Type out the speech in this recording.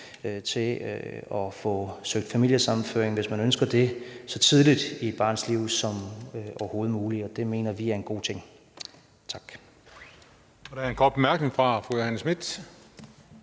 til at få søgt familiesammenføring, hvis man ønsker det så tidligt i et barns liv som overhovedet muligt, og det mener vi er en god ting. Tak.